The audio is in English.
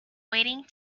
waiting